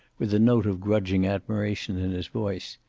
with a note of grudging admiration in his voice.